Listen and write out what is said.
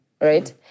right